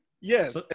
Yes